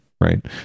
right